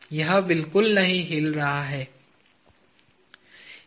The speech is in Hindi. यह बिल्कुल नहीं हिल रहा है